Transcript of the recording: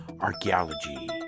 archaeology